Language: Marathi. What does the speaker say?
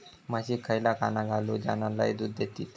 म्हशीक खयला खाणा घालू ज्याना लय दूध देतीत?